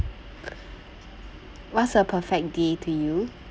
what's a perfect day to you